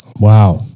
Wow